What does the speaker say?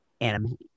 anime